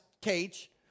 cage